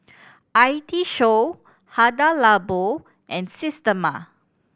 I T Show Hada Labo and Systema